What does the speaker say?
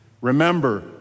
Remember